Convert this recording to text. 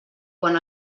quan